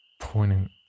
pointing